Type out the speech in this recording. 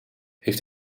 heeft